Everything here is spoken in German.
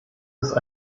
ist